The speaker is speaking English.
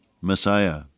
Messiah